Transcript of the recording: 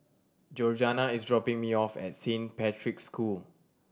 Georganna is dropping me off at Saint Patrick's School